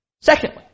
Secondly